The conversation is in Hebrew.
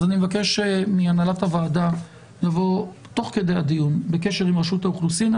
אני מבקש מהנהלת הוועדה לבוא תוך כדי הדיון בקשר עם רשות האוכלוסין.